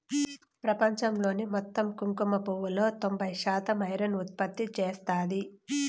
ప్రపంచంలోని మొత్తం కుంకుమ పువ్వులో తొంబై శాతం ఇరాన్ ఉత్పత్తి చేస్తాంది